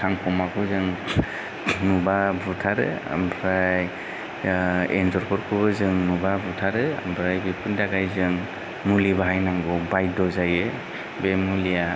खांखमाखौ जों नुबा बुथारो ओमफ्राय एन्जरफोरखौबो जों नुबा बुथारो ओमफ्राय बेफोरनि थाखाय जों मुलि बाहानांगौ बायद्द' जायो बे मुलिया